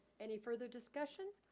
any further discussion?